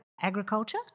agriculture